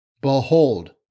Behold